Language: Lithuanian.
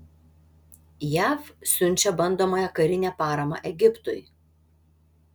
jav siunčia bandomąją karinę paramą egiptui